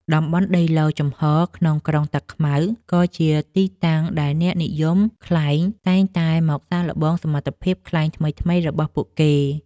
តំបន់ដីឡូតិ៍ចំហរក្នុងក្រុងតាខ្មៅ ក៏ជាទីតាំងដែលអ្នកនិយមខ្លែងតែងតែមកសាកល្បងសមត្ថភាពខ្លែងថ្មីៗរបស់ពួកគេ។